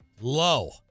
low